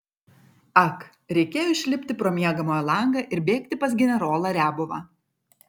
ak reikėjo išlipti pro miegamojo langą ir bėgti pas generolą riabovą